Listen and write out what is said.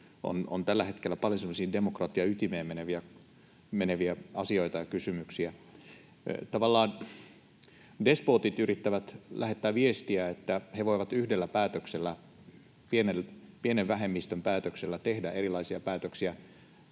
on tällä hetkellä paljon demokratian ytimeen meneviä asioita ja kysymyksiä. Tavallaan despootit yrittävät lähettää viestiä, että he voivat yhdellä päätöksellä, pienen vähemmistön päätöksellä, tehdä erilaisia päätöksiä,